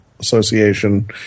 Association